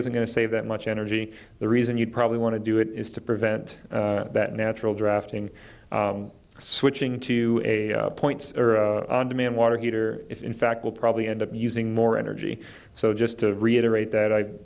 isn't going to save that much energy the reason you'd probably want to do it is to prevent that natural drafting switching to a point on demand water heater if in fact we'll probably end up using more energy so just to reiterate that i